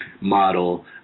model